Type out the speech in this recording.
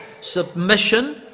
Submission